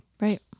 Right